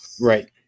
Right